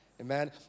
amen